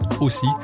aussi